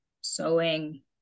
sewing